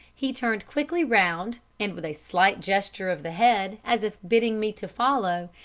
he turned quickly round and, with a slight gesture of the head as if bidding me to follow,